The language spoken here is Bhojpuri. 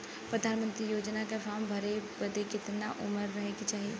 प्रधानमंत्री योजना के फॉर्म भरे बदे कितना उमर रहे के चाही?